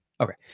Okay